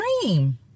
dream